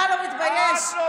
אתה לא מתבייש, אמסלם?